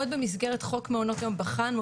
עוד במסגרת חוק מעונות היום בחנו,